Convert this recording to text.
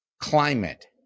climate